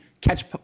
catch